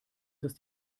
dass